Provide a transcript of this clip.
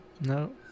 No